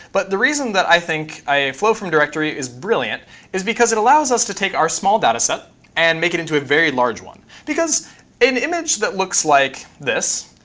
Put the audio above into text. but the reason that i think a flow from directory is brilliant is because it allows us to take our small data set and make it into a very large one. because an image that looks like this,